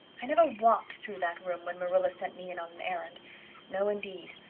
i never walked through that room when marilla sent me in on an errand no, indeed,